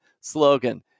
slogan